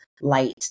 light